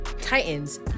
Titans